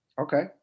Okay